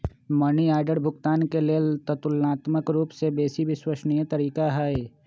money order भुगतान के लेल ततुलनात्मक रूपसे बेशी विश्वसनीय तरीका हइ